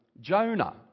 Jonah